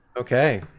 Okay